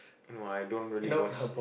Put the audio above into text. no I don't really watch